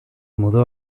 mudó